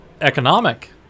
economic